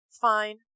Fine